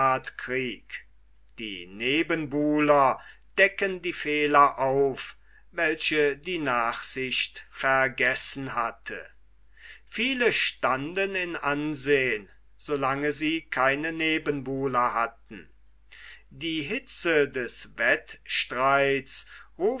die nebenbuhler decken die fehler auf welche die nachsicht vergessen hatte viele standen in ansehn so lange sie keine nebenbuhler hatten die hitze des wettstreits